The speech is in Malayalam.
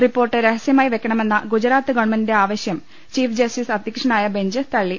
റിപ്പോർട്ട് രഹസ്യമാക്കി വെക്കണമെന്ന ഗുജറാത്ത് ഗവൺമെന്റിന്റെ ആവശൃം ചീഫ് ജസ്റ്റീസ് അധ്യക്ഷനായ ബെഞ്ച് തള്ളി